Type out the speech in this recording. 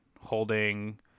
holding